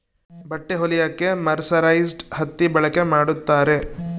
ಬಟ್ಟೆ ಹೊಲಿಯಕ್ಕೆ ಮರ್ಸರೈಸ್ಡ್ ಹತ್ತಿ ಬಳಕೆ ಮಾಡುತ್ತಾರೆ